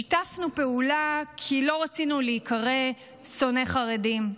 שיתפנו פעולה כי לא רצינו להיקרא שונאי חרדים,